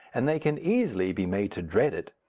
and they can easily be made to dread it.